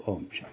Om Shanti